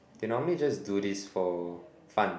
they normally just do this for fun